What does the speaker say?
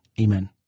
Amen